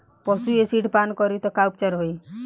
पशु एसिड पान करी त का उपचार होई?